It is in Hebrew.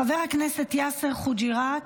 חבר הכנסת יאסר חוג'יראת,